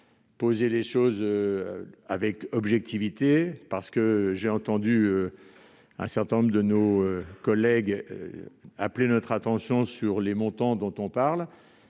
poser les choses avec objectivité, parce que j'ai entendu certains de nos collègues appeler notre attention sur les montants dont on parle.